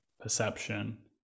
perception